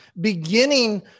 beginning